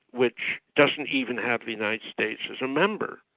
which doesn't even have the united states as a member,